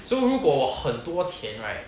so 如果我很钱 right